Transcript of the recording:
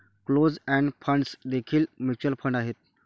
closed end funds देखील mutual fund आहेत